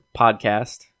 podcast